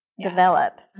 develop